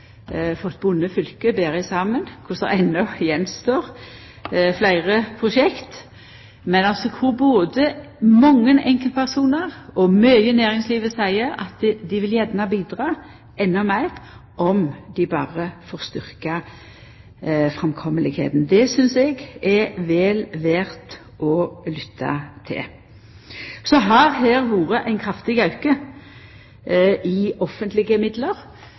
fylket betre saman. Det gjenstår enno fleire prosjekt, men både mange enkeltpersonar og mykje av næringslivet seier at dei gjerne bidreg endå meir om dei berre får styrkt framkomelegheita. Det synest eg er vel verdt å lytta til. Det har her vore ein kraftig auke i offentlege midlar,